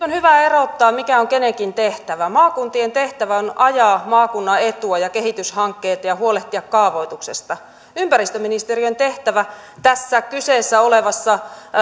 on hyvä erottaa mikä on kenenkin tehtävä maakuntien tehtävä on ajaa maakunnan etua ja kehityshankkeita ja huolehtia kaavoituksesta ympäristöministeriön tehtävä tässä kyseessä olevassa